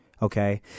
Okay